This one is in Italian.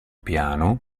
piano